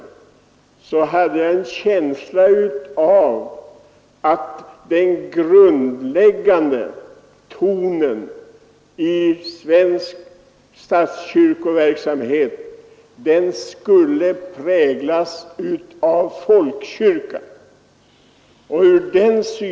Jag fick då en känsla av att den grundläggande tonen i svensk statskyrkoverksamhet skulle präglas av folkkyrkan.